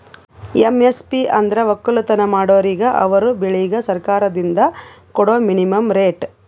MSP ಅಂದ್ರ ವಕ್ಕಲತನ್ ಮಾಡೋರಿಗ ಅವರ್ ಬೆಳಿಗ್ ಸರ್ಕಾರ್ದಿಂದ್ ಕೊಡಾ ಮಿನಿಮಂ ರೇಟ್